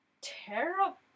terrible